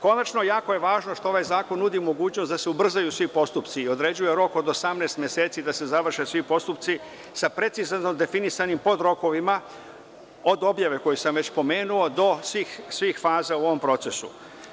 Konačno, jako je važno što ovaj zakon nudi mogućnost da se ubrzaju svi postupci i određuje rok od 18 meseci da se završe svi postupci sa precizno definisanim podrokovima od objave, koju sam već pomenuo, do svih faza u ovom procesu.